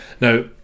Now